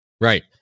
right